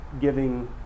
giving